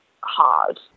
hard